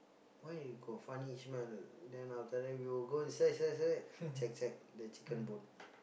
why got funny smell then after that we will go search search search check check the chicken bone